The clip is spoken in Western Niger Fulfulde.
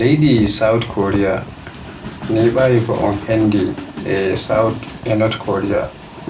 Leydi South Korea neɓaayi ko un hende e North Korea